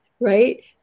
right